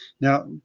Now